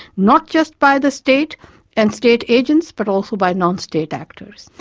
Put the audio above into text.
not just by the state and state agents but also by non-state actors.